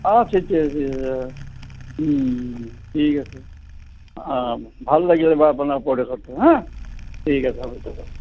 অঁ ঠিক ঠিক ঠিক আছে অঁ ভাল লাগিলে বাৰু আপোনাৰ উপদেশটো হাঁ ঠিক আছে হ'ব দিয়ক